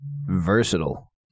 versatile